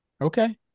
Okay